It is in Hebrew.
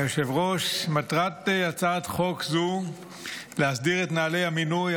מטרת הצעת חוק זו להסדיר את נוהלי המינוי,